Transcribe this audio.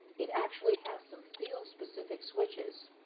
it actually has some field specific switches,